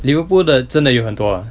Liverpool 的真的有很多 ah